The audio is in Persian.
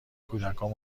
کودکان